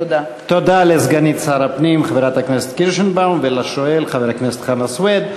תודה לסגנית שר הפנים חברת הכנסת קירשנבאום ולשואל חבר הכנסת חנא סוייד.